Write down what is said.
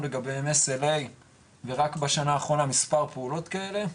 לגביהן SLA ורק בשנה האחרונה מספר פעולות כאלה.